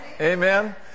Amen